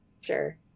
Sure